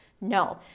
No